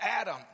Adam